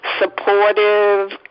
supportive